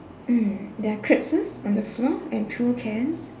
mm there are crisps on the floor and two cans